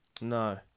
No